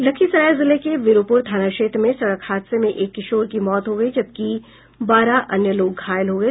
लखीसराय जिले के विरूपुर थाना क्षेत्र में सड़क हादसे में एक किशोर की मौत हो गयी जबकि बारह अन्य लोग घायल हो गये